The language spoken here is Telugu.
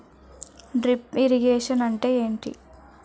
డ్రిప్ ఇరిగేషన్ అంటే ఏమిటి?